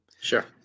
sure